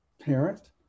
parent